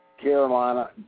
Carolina